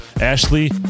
Ashley